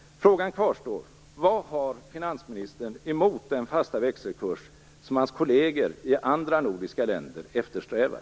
Frågan kvarstår: Vad har finansministern emot den fasta växelkurs som hans kolleger i andra nordiska länder eftersträvar?